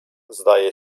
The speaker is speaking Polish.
zdaje